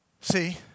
See